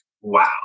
wow